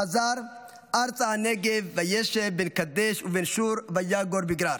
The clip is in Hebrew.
חזר 'ארצה הנגב וישב בין קדש ובין שור ויגר בגרר'.